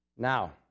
Now